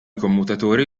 commutatore